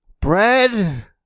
bread